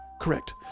Correct